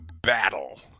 battle